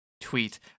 tweet